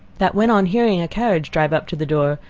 that when on hearing a carriage drive up to the door,